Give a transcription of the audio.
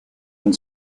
and